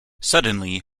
suddenly